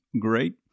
Great